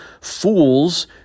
fools